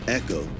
echo